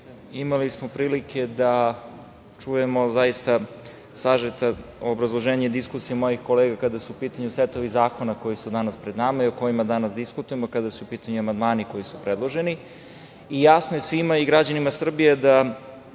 imali smo prilike da čujemo zaista sažeta obrazloženja i diskusije mojih kolega kada su u pitanju setovi zakona koji su danas pred nama i o kojima danas diskutujemo kada su u pitanju amandmani koji su predloženi. Jasno je svima, i građanima Srbije, da